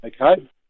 Okay